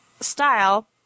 style